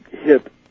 hit